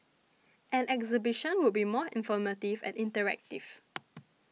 an exhibition would be more informative and interactive